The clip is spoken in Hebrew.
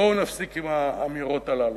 בואו נפסיק עם האמירות הללו.